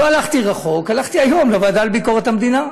לא הלכתי רחוק, הלכתי היום לוועדה לביקורת המדינה,